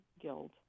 guild